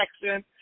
section